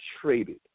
traded